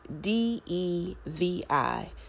D-E-V-I